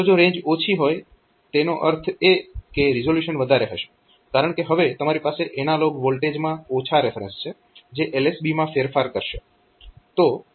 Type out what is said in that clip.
તો જો રેન્જ ઓછી હોય તેનો અર્થ એ કે રીઝોલ્યુશન વધારે હશે કારણકે હવે તમારી પાસે એનાલોગ વોલ્ટેજમાં ઓછા રેફરેન્સ છે જે LSB માં ફેરફાર કરશે